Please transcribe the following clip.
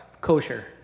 kosher